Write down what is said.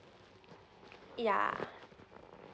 yeah